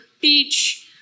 beach